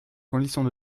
conditions